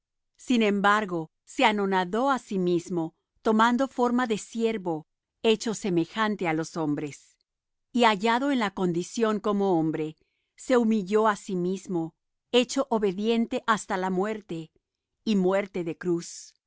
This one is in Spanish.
sin embargo se anonadó á sí mismo tomando forma de siervo hecho semejante á los hombres y hallado en la condición como hombre se humilló á sí mismo hecho obediente hasta la muerte y muerte de cruz